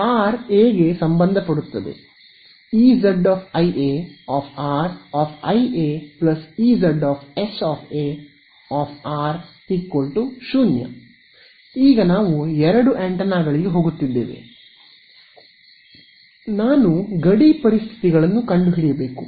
R ∈ A ಗಾಗಿ Ez i A i A Ez s A 0 ಈಗ ನಾವು ಎರಡು ಆಂಟೆನಾಗಳಿಗೆ ಹೋಗುತ್ತಿದ್ದೇವೆ ನಾನು ಗಡಿ ಪರಿಸ್ಥಿತಿಗಳನ್ನು ಕಂಡುಹಿಡಿಯಬೇಕು